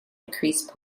decreased